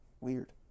Weird